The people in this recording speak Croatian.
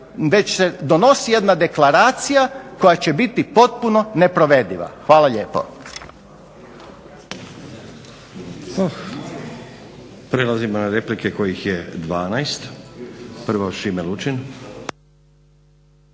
već se donosi jedna deklaracija koja će biti potpuno neprovediva. Hvala lijepo.